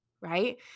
right